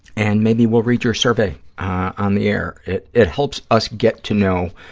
and maybe we'll read your survey on the air. it it helps us get to know